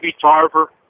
Tarver